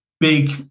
big